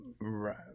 Right